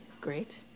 great